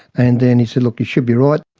and then he said, look, you should be right.